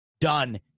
done